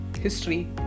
history